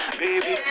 baby